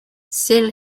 still